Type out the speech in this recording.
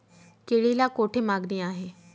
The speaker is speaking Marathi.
केळीला कोठे मागणी आहे?